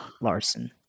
Larson